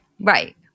Right